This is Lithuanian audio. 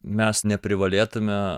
mes neprivalėtume